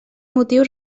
motiu